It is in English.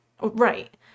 Right